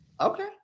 Okay